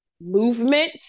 movement